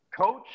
coach